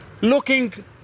looking